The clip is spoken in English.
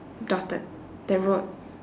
dotted the road